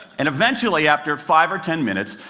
and eventually, after five or ten minutes,